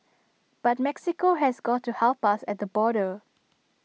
but Mexico has got to help us at the border